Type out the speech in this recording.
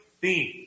theme